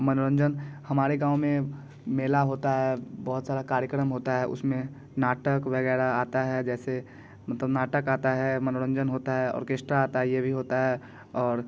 मनोरंजन हमारे गाँव में मेला होता है बहुत सारा कार्यक्रम होता है उसमें नाटक वगैरह आता है जैसे मतलब नाटक आता है मनोरंजन होता है ओर्केस्ट्रा आता है ये भी होता है और